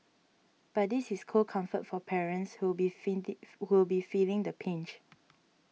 but this is cold comfort for parents who'll be who'll be feeling the pinch